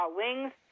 wings